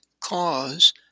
cause